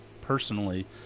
personally